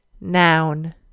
noun